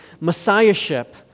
messiahship